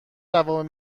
جواب